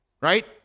right